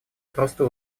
просто